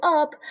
up